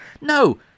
no